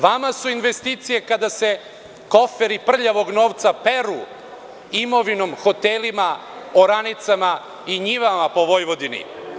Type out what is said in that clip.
Vama su investicije kada se koferi prljavog novca peru imovinom, hotelima, oranicama i njivama po Vojvodini.